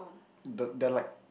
the they are like